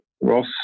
ross